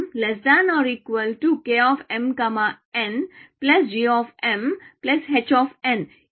hgkmngh ఈ క్రమంలో